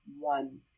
one